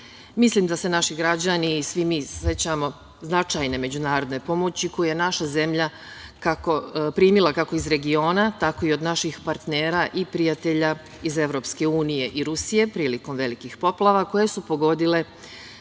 nama. Mislim da se naši građani i svi mi sećamo značajne međunarodne pomoći koju je naša zemlja primila kako iz regiona, tako i od naših partnera i prijatelja iz EU i Rusije prilikom velikih poplava koje su pogodile